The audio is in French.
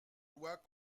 loi